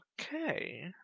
Okay